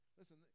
Listen